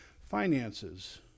finances